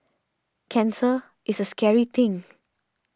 cancer is a scary thing